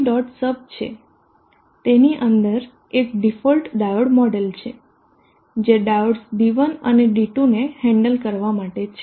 sub છે તેની અંદર એક ડિફોલ્ટ ડાયોડ મોડેલ છે જે ડાયોડસ D1 અને D2 ને હેન્ડલ કરવા માટે છે